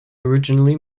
originally